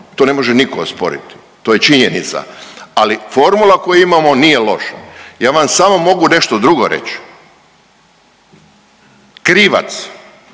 to ne može nitko osporiti to je činjenica, ali formula koju imamo nije loša. Ja vam samo mogu nešto drugo reći. Krivac